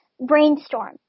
Brainstorm